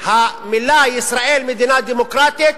המלים: "ישראל מדינה דמוקרטית",